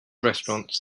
restaurant